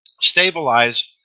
stabilize